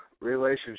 relationship